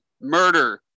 murder